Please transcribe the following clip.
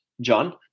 John